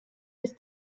ist